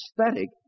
aesthetic